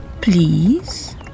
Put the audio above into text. Please